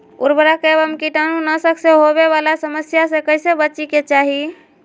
उर्वरक एवं कीटाणु नाशक से होवे वाला समस्या से कैसै बची के चाहि?